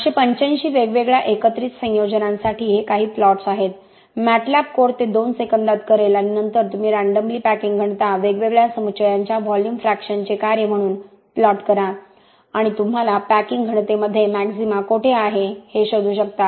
885 वेगवेगळ्या एकत्रित संयोजनांसाठी हे काही प्लॉट्स आहेत MATLAB कोड ते 2 सेकंदात करेल आणि नंतर तुम्ही रँडमली पॅकिंग घनता वेगवेगळ्या समुच्चयांच्या व्हॉल्यूम फ्रॅक्शनचे कार्य म्हणून प्लॉट करा आणि तुम्हाला पॅकिंग घनतेमध्ये मॅक्सिमा कोठे आहे हे शोधू शकता